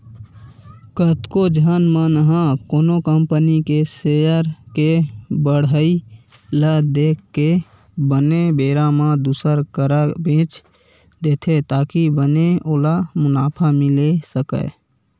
कतको झन मन ह कोनो कंपनी के सेयर के बड़हई ल देख के बने बेरा म दुसर करा बेंच देथे ताकि बने ओला मुनाफा मिले सकय